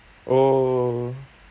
oh